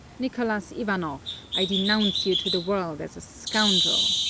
nicholas ivanoff, i denounce you to the world as a scoundrel!